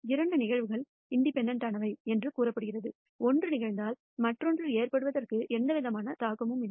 இரண்டு நிகழ்வுகள் இண்டிபெண்டெண்ட்னவை என்று கூறப்படுகிறது ஒன்று நிகழ்ந்தால் மற்றொன்று ஏற்படுவதற்கு எந்தவிதமான தாக்கமும் இல்லை